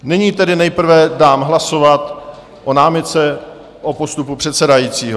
Nyní tedy nejprve dám hlasovat o námitce o postupu předsedajícího.